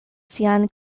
sian